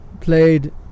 Played